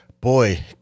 boy